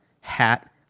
hat